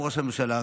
ראש הממשלה,